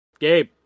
Gabe